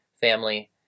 family